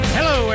Hello